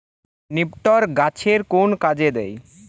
নিপটর গাছের কোন কাজে দেয়?